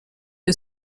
que